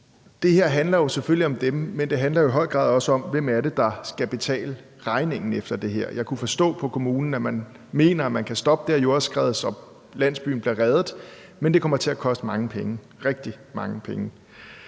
Det her handler selvfølgelig om dem, men det handler jo i høj grad også om, hvem det er, der skal betale regningen efter det her. Jeg kunne forstå på kommunen, at man mener, at man kan stoppe det her jordskred, så landsbyen bliver reddet, men det kommer til at koste mange penge, rigtig mange penge.